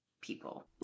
people